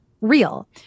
real